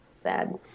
sad